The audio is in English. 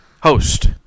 Host